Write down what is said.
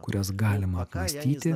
kurias galima apmąstyti